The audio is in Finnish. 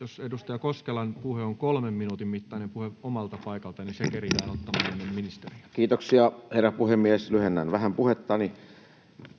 jos edustaja Koskelan puhe on 3 minuutin mittainen puhe omalta paikalta, se keritään ottamaan ennen ministeriä. Kiitoksia, herra puhemies! Lyhennän vähän puhettani.